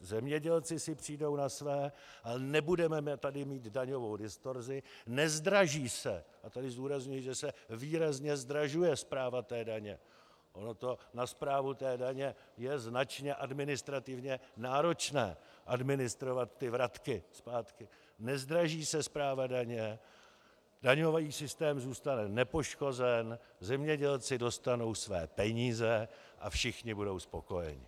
Zemědělci si přijdou na své, ale nebudeme tady mít daňovou distorzi, nezdraží se, a tady zdůrazňuji, že se výrazně zdražuje správa daně, ono to na správu té daně je značně administrativně náročné administrovat ty vratky zpátky, nezdraží se správa daně, daňový systém zůstane nepoškozen, zemědělci dostanou své peníze a všichni budou spokojeni.